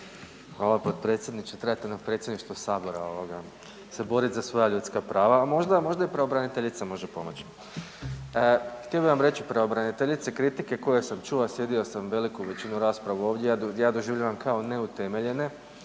Hvala potpredsjedniče. … /Govornik se ne razumije zbog najave./ … Sabora se boriti za svoja ljudska prava, a možda i pravobraniteljica može pomoć. Htio bih vam reći pravobraniteljice kritike koje sam čuo, a sjedio sam veliku većinu rasprave ovdje, ja doživljavam kao neutemeljene